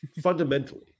fundamentally